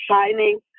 shining